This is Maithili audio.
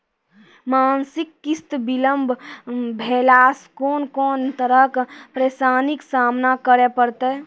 मासिक किस्त बिलम्ब भेलासॅ कून कून तरहक परेशानीक सामना करे परतै?